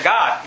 God